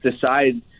decide